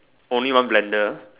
only one blender